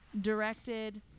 directed